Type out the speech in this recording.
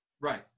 Right